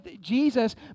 Jesus